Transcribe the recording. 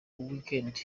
weekend